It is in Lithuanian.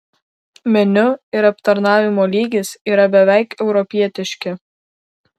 meniu ir aptarnavimo lygis yra beveik europietiški